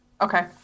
Okay